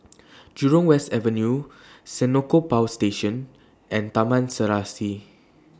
Jurong West Avenue Senoko Power Station and Taman Serasi